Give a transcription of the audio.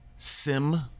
sim